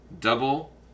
double